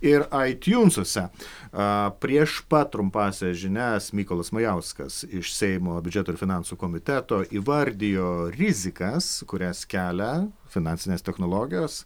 ir aitiunsuose a prieš pat trumpąsias žinias mykolas majauskas iš seimo biudžeto ir finansų komiteto įvardijo rizikas kurias kelia finansinės technologijos